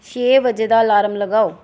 ਛੇ ਵਜੇ ਦਾ ਅਲਾਰਮ ਲਗਾਓ